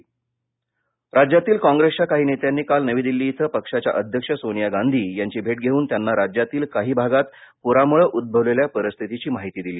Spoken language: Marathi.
काँग्रेस राज्यातील काँप्रेसच्या काही नेत्यांनी काल नवी दिल्ली इथं पक्षाच्या अध्यक्ष सोनिया गांधी यांची भेट घेऊन त्यांना राज्यातील काही भागात पुरामुळे उझवलेल्या परिस्थितीची माहिती दिली